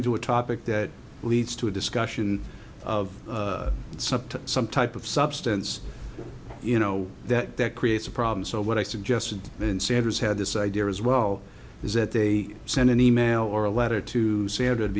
into a topic that leads to a discussion of some type of substance you know that that creates a problem so what i suggested and sanders had this idea as well is that they send an email or a letter to san